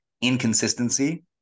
inconsistency